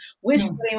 whispering